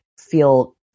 feel